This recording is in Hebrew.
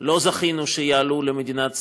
לא זכינו שיעלו למדינת ישראל.